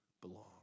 belong